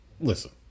listen